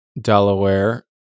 Delaware